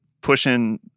pushing